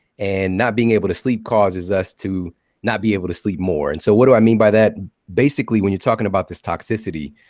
and not being able to sleep causes us to not be able to sleep more. and so what do i mean by that? basically, when you're talking about this toxicity,